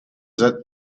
that